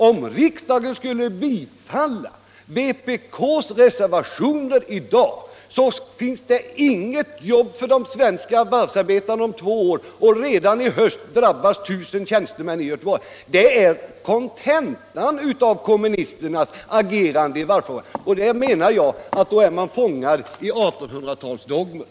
Om riksdagen skulle bifalla vpk:s reservation i dag, så finns det inget jobb för de svenska varvsarbetarna om två år, och redan i höst drabbas 1 000 tjänstemän i Göteborg. Det är kontentan av kommunisternas agerande i varvsfrågan, och då menar jag att man är fångad i 1800-talsdogmer.